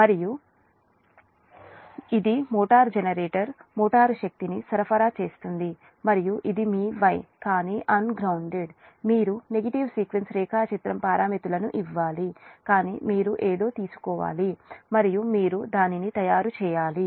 మరియు ఇది motor generator మోటారుకు శక్తిని సరఫరా చేస్తుంది మరియు ఇది మీ Y కానీ అన్గ్రౌండ్డ్ మీరు నెగటివ్ సీక్వెన్స్ రేఖాచిత్రం పారామితులను ఇవ్వాలి కానీ మీరు ఏదో తీసుకోవాలి మరియు మీరు దానిని తయారు చేయాలి